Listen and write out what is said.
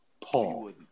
Paul